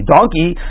Donkey